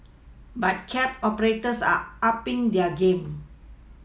but cab operators are upPing their game